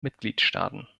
mitgliedstaaten